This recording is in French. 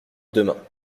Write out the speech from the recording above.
demain